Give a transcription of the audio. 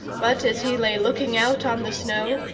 but as he lay looking out on the snow,